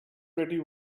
petty